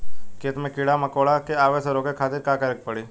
खेत मे कीड़ा मकोरा के आवे से रोके खातिर का करे के पड़ी?